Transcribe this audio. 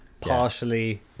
partially